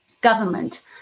government